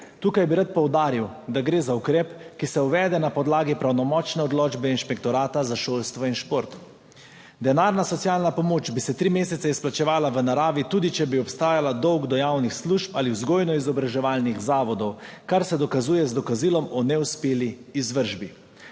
Tukaj bi rad poudaril, da gre za ukrep, ki se uvede na podlagi pravnomočne odločbe Inšpektorata za šolstvo in šport. Denarna socialna pomoč bi se tri mesece izplačevala v naravi tudi, če bi obstajala dolg do javnih služb ali vzgojno-izobraževalnih zavodov, kar se dokazuje z dokazilom o neuspeli izvršbi.